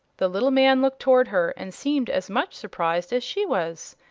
the little man looked toward her and seemed as much surprised as she was.